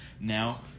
Now